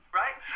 right